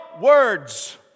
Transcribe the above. words